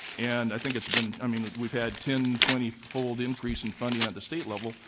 and i think it's been i mean we've had ten, twenty fold increase in funding at the state level,